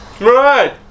Right